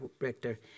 Director